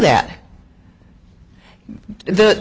that the